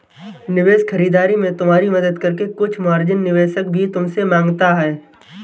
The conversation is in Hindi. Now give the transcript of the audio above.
निवेश खरीदारी में तुम्हारी मदद करके कुछ मार्जिन निवेशक भी तुमसे माँगता है